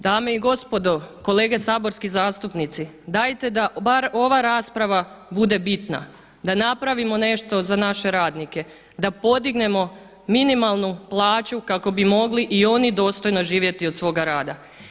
Dame i gospodo, kolegice saborski zastupnici dajte da bar ova rasprava bude bitna da napravimo nešto za naše radnike, da podignemo minimalnu plaću kako bi mogli i oni dostojno živjeti od svoga rada.